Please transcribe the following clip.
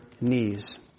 knees